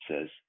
says